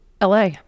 LA